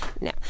No